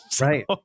Right